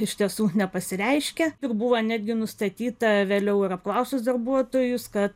iš tiesų nepasireiškė ir buvo netgi nustatyta vėliau ir apklausus darbuotojus kad